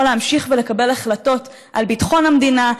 להמשיך ולקבל החלטות על ביטחון המדינה,